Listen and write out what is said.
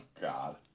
God